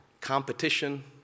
competition